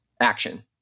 action